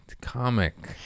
comic